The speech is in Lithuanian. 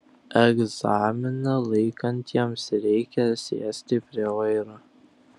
egzaminą laikantiems reikia sėsti prie vairo